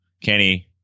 Kenny